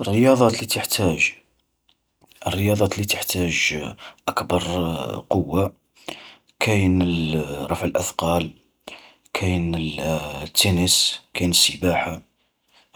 الرياضة اللي تحتاج، الرياضات اللي تحتاج أكبر قوة كاين رفع الأثقال، كاين التنس كاين السباحة